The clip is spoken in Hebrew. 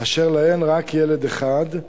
אשר יש להן רק ילד אחד,